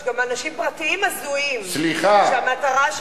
יש גם אנשים פרטיים הזויים שהמטרה שלהם היא לשבת על גבעות.